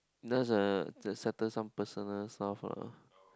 just a to settle some personal stuff lah